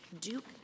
Duke